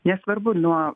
nesvarbu ar nuo